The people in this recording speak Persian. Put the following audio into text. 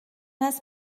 است